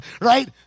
right